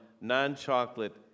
non-chocolate